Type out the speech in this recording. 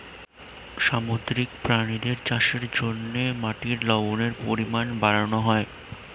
সামুদ্রিক প্রাণীদের চাষের জন্যে মাটির লবণের পরিমাণ বাড়ানো হয়